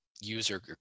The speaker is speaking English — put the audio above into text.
user